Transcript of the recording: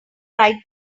write